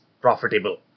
profitable